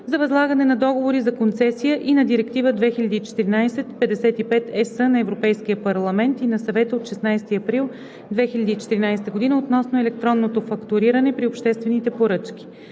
за възлагане на договори за концесия и на Директива 2014/55/ЕС на Европейския парламент и на Съвета от 16 април 2014 г. относно електронното фактуриране при обществените поръчки.